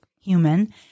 human